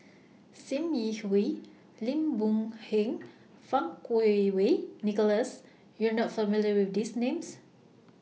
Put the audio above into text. SIM Yi Hui Lim Boon Heng and Fang Kuo Wei Nicholas YOU Are not familiar with These Names